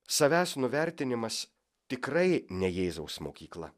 savęs nuvertinimas tikrai ne jėzaus mokykla